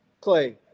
Clay